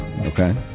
Okay